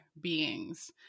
beings